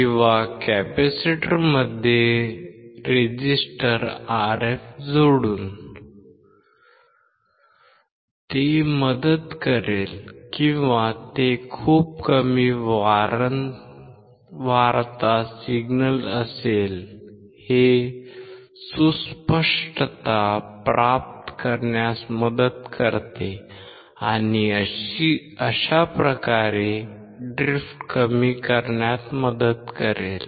किंवा कॅपेसिटरमध्ये resistor Rf जोडून ते मदत करेल किंवा ते खूप कमीवारंवारता सिग्नल असेल हे सुस्पष्टता प्राप्त करण्यास मदत करते आणि अशा प्रकारे ड्रिफ्ट कमी करण्यात मदत करेल